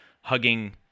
hugging